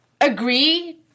agree